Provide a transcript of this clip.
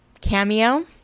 cameo